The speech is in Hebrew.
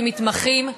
מתמחים,